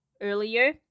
earlier